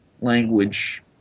language